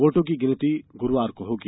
वोटों की गिनती गुरूवार को होगी